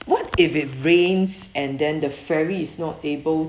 what if it rains and then the ferry is not able